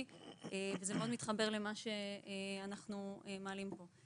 וזה מאוד מתחבר למה שאנחנו מעלים פה.